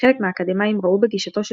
חלק מהאקדמאים ראו בגישתו של